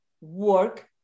work